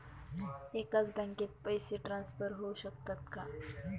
एकाच बँकेत पैसे ट्रान्सफर होऊ शकतात का?